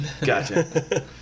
Gotcha